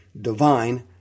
divine